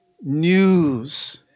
news